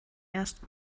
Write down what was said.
erst